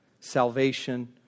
salvation